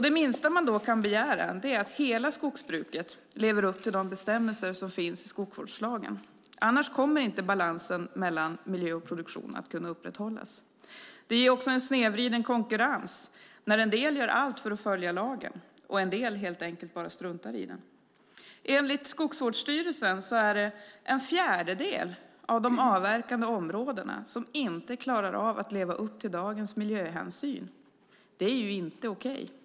Det minsta man då kan begära är att hela skogsbruket lever upp till de bestämmelser som finns i skogsvårdslagen. Annars kommer inte balansen mellan miljö och produktion att kunna upprätthållas. Det ger också en snedvriden konkurrens när en del gör allt för att följa lagen och en del helt enkelt bara struntar i den. Enligt Skogsvårdsstyrelsen är det en fjärdedel av de avverkade områdena som inte klarar av att leva upp till dagens krav på miljöhänsyn. Det är inte okej.